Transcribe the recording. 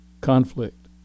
conflict